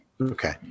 Okay